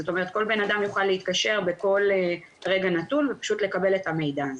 זאת אומרת כל אדם יוכל להתקשר בכל רגע נתון ופשוט לקבל את המידע הזה.